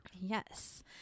Yes